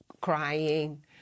crying